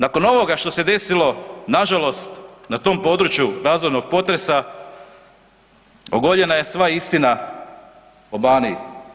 Nakon ovoga što se desilo, nažalost na tom području razornog potresa, ogoljena je sva istina o Baniji.